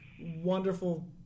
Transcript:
wonderful